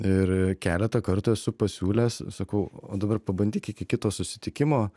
ir keletą kartų esu pasiūlęs sakau o dabar pabandyk iki kito susitikimo